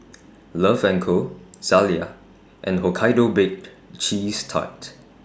Love and Co Zalia and Hokkaido Baked Cheese Tart